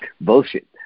bullshit